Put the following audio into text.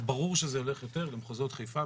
ברור שזה הולך יותר למחוזות חיפה,